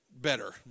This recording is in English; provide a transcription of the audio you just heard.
better